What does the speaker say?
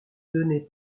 donnée